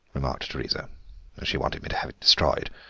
remarked teresa she wanted me to have it destroyed,